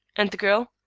and the girl?